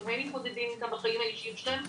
הם מתמודדים איתם בחיים האישיים שלהם,